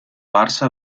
barça